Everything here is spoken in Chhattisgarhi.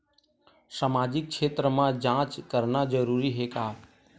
सामाजिक क्षेत्र म जांच करना जरूरी हे का?